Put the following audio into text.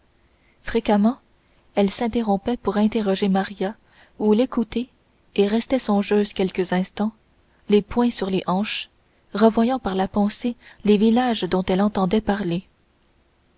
fréquemment elle s'interrompait pour interroger maria ou l'écouter et restait songeuse quelques instants les poings sur les hanches revoyant par la pensée les villages dont elle entendait parler